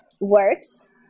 works